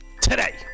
Today